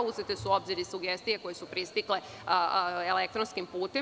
Uzete su u obzir i sugestije koje su pristigle elektronskim putem.